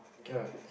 ya